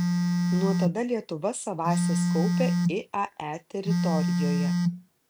nuo tada lietuva savąsias kaupia iae teritorijoje